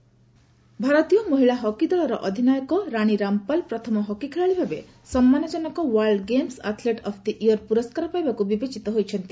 ହକିରାଣୀ award ଭାରତୀୟ ମହିଳା hockey ଦଳର ଅଧିନାୟକ ରାଣୀ ରାମ୍ପାଲ ପ୍ରଥମ ହକି ଖେଳାଳି ଭାବେ ସମ୍ମାନଜନକ world games athlete of the year ପୁରସ୍କାର ପାଇବାକୁ ବିବେଚିତ ହୋଇଛନ୍ତି